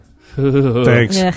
Thanks